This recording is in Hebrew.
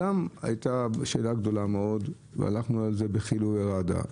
גם הייתה שאלה גדולה מאוד והלכנו על זה בחיל וברעדה.